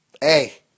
Hey